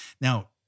Now